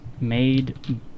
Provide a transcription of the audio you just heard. made